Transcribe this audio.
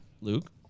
Luke